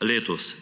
letos.